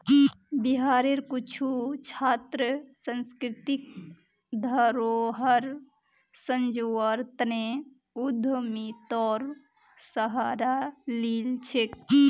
बिहारेर कुछु छात्र सांस्कृतिक धरोहर संजव्वार तने उद्यमितार सहारा लिल छेक